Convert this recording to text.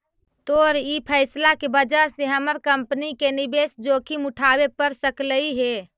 तोर ई फैसला के वजह से हमर कंपनी के निवेश जोखिम उठाबे पड़ सकलई हे